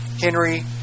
Henry